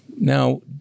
Now